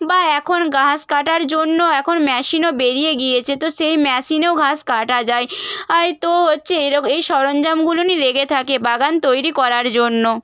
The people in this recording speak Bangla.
বা এখন ঘাস কাটার জন্য এখন মেশিনও বেরিয়ে গিয়েছে তো সেই মেশিনেও ঘাস কাটা যায় আয় তো হচ্ছে এই সরঞ্জামগুলোই লেগে থাকে বাগান তৈরি করার জন্য